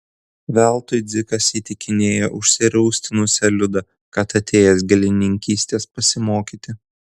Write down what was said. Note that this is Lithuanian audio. veltui dzikas įtikinėjo užsirūstinusią liudą kad atėjęs gėlininkystės pasimokyti